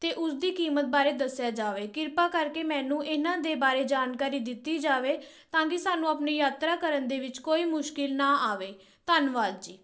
ਅਤੇ ਉਸ ਦੀ ਕੀਮਤ ਬਾਰੇ ਦੱਸਿਆ ਜਾਵੇ ਕਿਰਪਾ ਕਰਕੇ ਮੈਨੂੰ ਇਹਨਾਂ ਦੇ ਬਾਰੇ ਜਾਣਕਾਰੀ ਦਿੱਤੀ ਜਾਵੇ ਤਾਂ ਕਿ ਸਾਨੂੰ ਆਪਣੀ ਯਾਤਰਾ ਕਰਨ ਦੇ ਵਿੱਚ ਕੋਈ ਮੁਸ਼ਕਲ ਨਾ ਆਵੇ ਧੰਨਵਾਦ ਜੀ